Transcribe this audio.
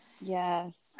Yes